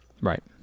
Right